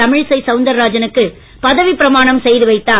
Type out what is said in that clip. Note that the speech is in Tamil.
தமிழிசை சவுந்தரராஜனுக்கு பதவிப் பிரமாணம் செய்து வைத்தார்